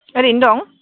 ओरैनो दं